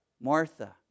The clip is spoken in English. Martha